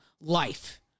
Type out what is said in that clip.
life